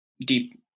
deep